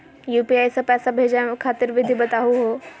UPI स पैसा भेजै खातिर विधि बताहु हो?